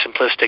simplistic